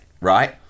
right